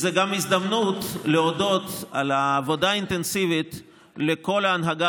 זו גם הזדמנות להודות על העבודה האינטנסיבית לכל ההנהגה